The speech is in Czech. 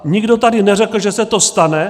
Nikdo tady neřekl, že se to stane.